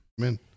Amen